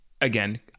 Again